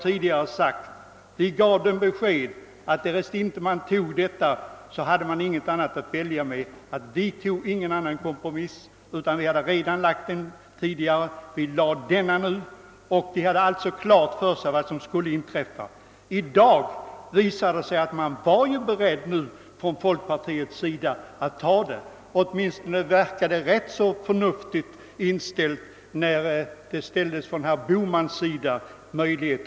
Vi gav de borgerliga ledamöterna besked om att därest de nu inte accepterade propositionsförslaget, hade de inget annat att välja på. Vi hade redan tidigare lagt fram en kompromiss och ville inte ha någon annan. De hade alltså klart för sig vad som skulle inträffa. I dag visar det sig att folkpartiet kanske var berett att anta förslaget — åtminstone verkade detta så när herr Bohman framställde det som en möjlighet.